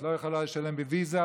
את לא יכולה לשלם בוויזה,